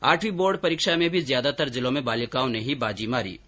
आठवी बोर्ड परीक्षा में भी ज्यादातर जिलों में बालिकाओं ने ही बाजी मारी है